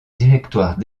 directoire